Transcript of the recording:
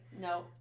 No